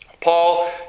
Paul